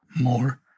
more